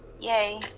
yay